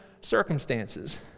circumstances